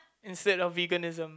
instead of veganism